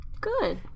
Good